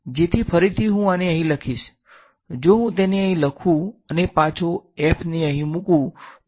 જેથી ફરીથી હું આને અહીં લખીશ જો હુ તેને અહી લખુ અને પાછો f ને અહી મુકૂ તો મને પાછું આ જ સુત્ર મળશે